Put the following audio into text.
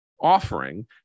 offering